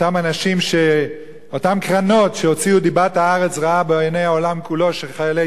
אותן קרנות שהוציאו את דיבת הארץ רעה בעיני העולם כולו שחיילי